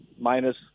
minus